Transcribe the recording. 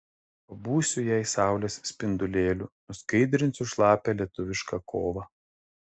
pabūsiu jai saulės spindulėliu nuskaidrinsiu šlapią lietuvišką kovą